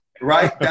Right